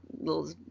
little